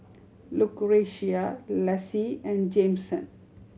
Lucretia Lassie and Jameson